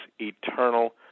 eternal